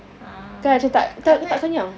ah I like